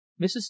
Mrs